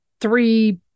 three